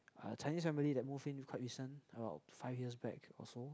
a Chinese family they move in quite recent about five years back also